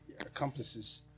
accomplices